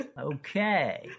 Okay